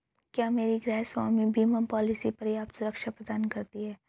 क्या मेरी गृहस्वामी बीमा पॉलिसी पर्याप्त सुरक्षा प्रदान करती है?